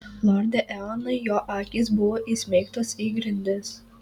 lorde eonai jo akys buvo įsmeigtos į grindis